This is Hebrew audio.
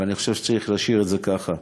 ואני חושב שצריך להשאיר את זה ככה.